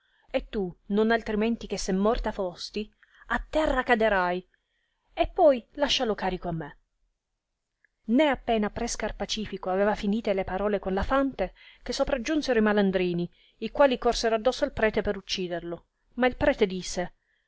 e tu non altrimenti che se morta fosti a terra caderai e poi lascia lo carico a me né appena pre scarpacifico aveva finite le parole con la fante che sopragiunsero i malandrini i quali corsero adosso al prete per ucciderlo ma il prete disse